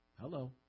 Hello